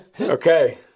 Okay